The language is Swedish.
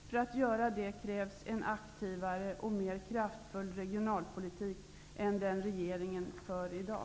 För att göra det krävs en aktivare och mer kraftfull regionalpolitik än den regeringen för i dag.